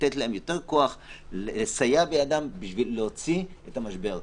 לתת להם יותר כוח ולסייע בידם כדי להוציא את המשבר.